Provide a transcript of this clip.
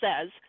says